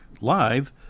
live